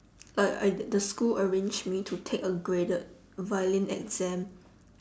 like I di~ the school arranged me to take a graded violin exam